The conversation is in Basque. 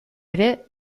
ere